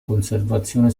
conservazione